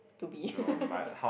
to be